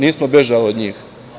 Nismo bežali od njih.